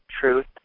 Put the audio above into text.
truth